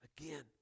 again